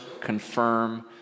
confirm